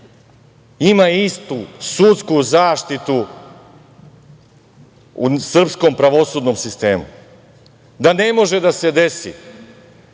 ima istu sudsku zaštitu u srpskom pravosudnom sistemu, da ne može da se desi